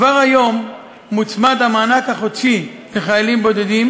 כבר היום מוצמד המענק החודשי לחיילים בודדים,